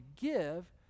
give